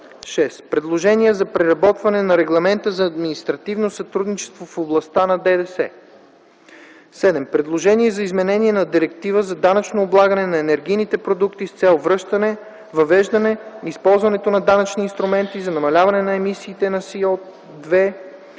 6. Предложения за преработване на Регламента за административно сътрудничество в областта на ДДС. 7. Предложение за изменение на Директивата за данъчното облагане на енергийните продукти с цел въвеждане използването на данъчни инструменти за намаляване на емисиите на СО2